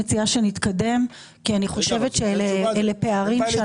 אני מציעה שנתקדם כי אני חושבת שאלה פערים.